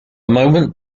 moment